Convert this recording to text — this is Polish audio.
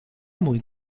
mój